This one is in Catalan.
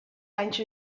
anys